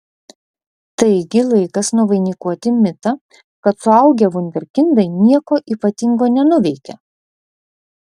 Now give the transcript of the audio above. taigi laikas nuvainikuoti mitą kad suaugę vunderkindai nieko ypatingo nenuveikia